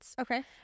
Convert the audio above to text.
Okay